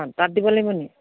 অঁ তাত দিব লাগিব নি